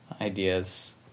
ideas